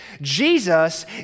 Jesus